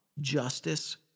justice